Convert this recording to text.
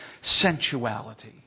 sensuality